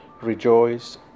Rejoice